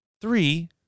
three